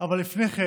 אבל לפני כן